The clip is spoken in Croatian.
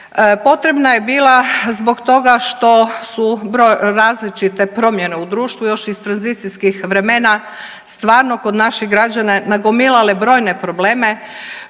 Potrebna je bila zbog toga što su različite promjene u društvu još iz tranzicijskih vremena stvarno kod naših građana nagomilale brojne probleme